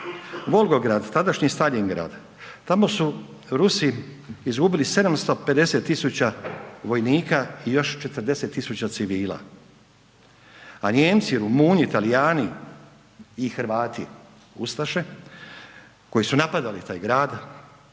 Volgograd, tadašnji Staljingrad, tamo su Rusi izgubili 750 tisuća vojnika i još 40 tisuća civila. a Nijemci, Rumunju, Talijani i Hrvati, ustaše koji su napadali taj grad